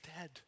dead